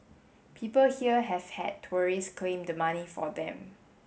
people here have had tourists claim the money for them